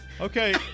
Okay